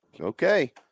okay